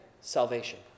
salvation